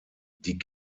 die